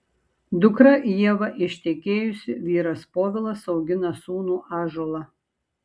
dukra ieva ištekėjusi vyras povilas augina sūnų ąžuolą